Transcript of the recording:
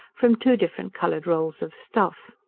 from two different coloured rolls of stuff.